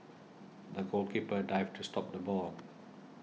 the goalkeeper dived to stop the ball